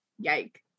Yike